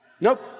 nope